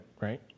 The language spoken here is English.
right